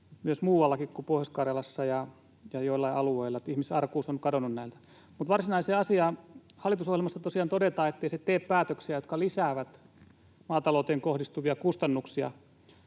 myös muuallakin kuin Pohjois-Karjalassa ja joillain alueilla. Ihmisarkuus on kadonnut näiltä. Mutta varsinaiseen asiaan. Hallitusohjelmassa tosiaan todetaan, ettei se tee päätöksiä, jotka lisäävät maatalouteen kohdistuvia kustannuksia.